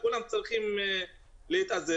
כולם צריכים להתאזר,